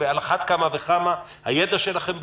על אחת כמה וכמה הידע שלכם ברור,